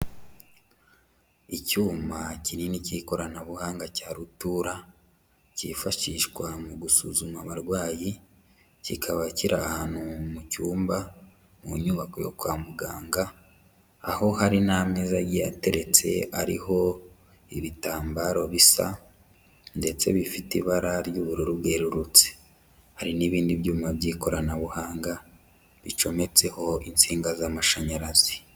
Icyuma kinini cy'ikoranabuhanga cya rutura cyifashishwa mu gusuzuma abarwayi, kikaba kiri ahantu mu cyumba mu nyubako yo kwa muganga, aho hari n'ameza agiye ateretse ariho ibitambaro bisa ndetse bifite ibara ry'ubururu bwerurutse. Hari n'ibindi byuma by'ikoranabuhanga bicometseho insinga z'amashanyarazi.